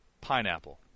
pineapple